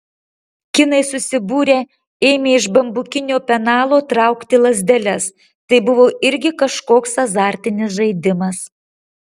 kinai susibūrę ėmė iš bambukinio penalo traukti lazdeles tai buvo irgi kažkoks azartinis žaidimas